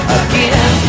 again